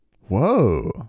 Whoa